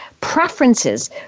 preferences